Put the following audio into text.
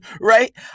Right